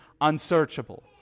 unsearchable